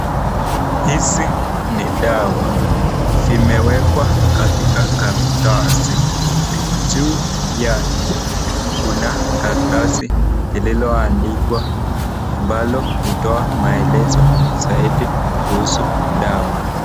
Hizi ni dawa, zimewekwa katika karatasi. Juu yake kuna karatasi lililoandikwa ambalo hutoa maelezo zaidi kuhusu dawa.